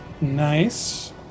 Nice